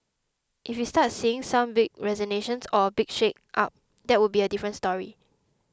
if we start seeing some big resignations or big shake up that would be a different story